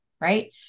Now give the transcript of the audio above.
right